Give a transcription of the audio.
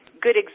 good